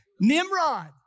Nimrod